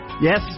Yes